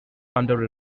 under